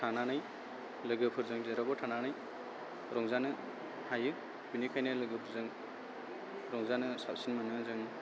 थानानै लोगोफोरजों जेरावबो थानानै रंजानो हायो बेनिखायनो लोगोफोरजों रंजानो साबसिन मोनो जों